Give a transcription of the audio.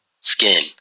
skin